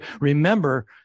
remember